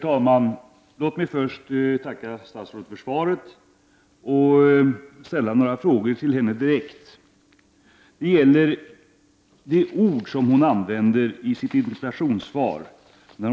Herr talman! Låt mig först tacka statsrådet för svaret. Jag vill ställa några frågor till henne. Det gäller de ord som hon använder i sitt interpellationssvar.